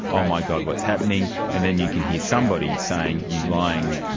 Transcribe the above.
oh my god, what's happening? and then you can hear somebody saying, you lying,